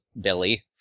Billy